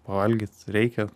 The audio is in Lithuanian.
pavalgyt reikia